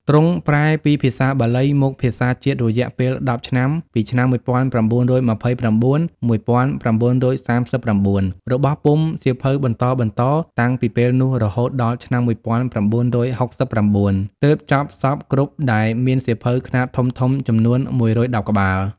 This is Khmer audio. ទ្រង់ប្រែពីភាសា បាលី មកភាសាជាតិរយៈពេល១០ឆ្នាំ ពីឆ្នាំ ១៩២៩-១៩៣៩ រួចបោះពុម្ពសៀវភៅបន្តៗ តាំងពីពេលនោះរហូតដល់ឆ្នាំ១៩៦៩ ទើបចប់សព្វគ្រប់ដែលមានសៀវភៅខ្នាតធំៗចំនួន ១១០ ក្បាល ។